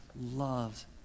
loves